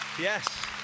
Yes